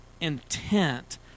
intent